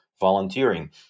volunteering